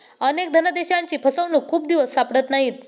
अनेक धनादेशांची फसवणूक खूप दिवस सापडत नाहीत